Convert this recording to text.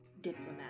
diplomat